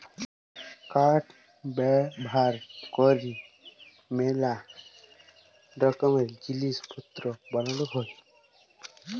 কাঠ ব্যাভার ক্যরে ম্যালা রকমের জিলিস পত্তর বালাল হ্যয়